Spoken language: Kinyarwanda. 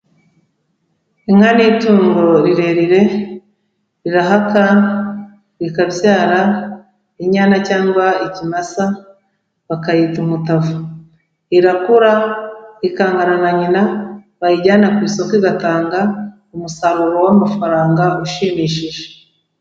Inka ni itungo rirerire, rirahaka, rikabyara inyana cyangwa ikimasa, bakayita umutavu, irakura ikangana na nyina, bayijyana ku isoko igatanga umusaruro w'amafaranga ushimishije.